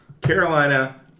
Carolina –